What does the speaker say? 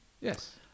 yes